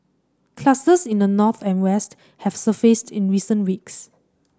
clusters in the north and west have surfaced in recent weeks